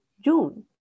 June